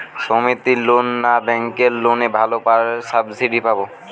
সমিতির লোন না ব্যাঙ্কের লোনে ভালো সাবসিডি পাব?